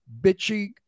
bitchy